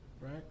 right